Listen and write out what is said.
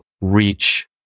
reach